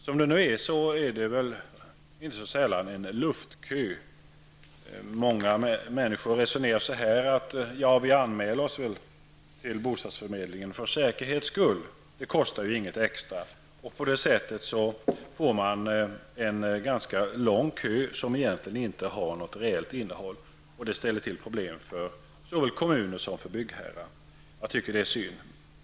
För närvarande är det inte sällan fråga om luftköer. Många människor resonerar så här: Vi anmäler oss väl till bostadsförmedlingen för säkerhets skull; det kostar ju inget extra. På det sättet får man en ganska lång kö som inte har något reellt innehåll. Det ställer till problem för såväl kommuner som byggherrar. Det tycker jag är synd.